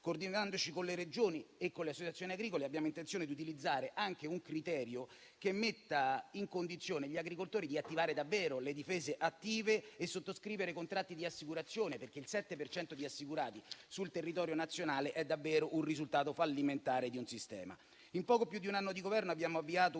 Coordinandoci con le Regioni e con le associazioni agricole, abbiamo intenzione di utilizzare anche un criterio che metta in condizione gli agricoltori di attivare davvero le difese attive e sottoscrivere contratti di assicurazione, perché il 7 per cento di assicurati sul territorio nazionale è davvero un risultato fallimentare di un sistema. In poco più di un anno di Governo abbiamo avviato